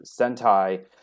Sentai